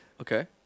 okay